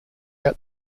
out